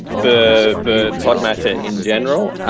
for for podmatcher, in general